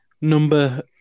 number